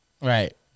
Right